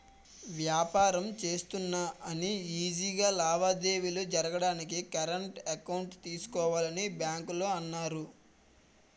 వ్యాపారం చేస్తున్నా అని ఈజీ గా లావాదేవీలు జరగడానికి కరెంట్ అకౌంట్ తీసుకోవాలని బాంకోల్లు అన్నారు